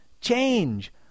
change